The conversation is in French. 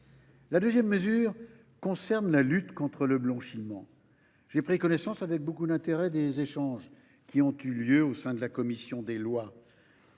La deuxième mesure concerne la lutte contre le blanchiment. J’ai pris connaissance avec beaucoup d’intérêt des échanges qui ont eu lieu au sein de la commission des lois.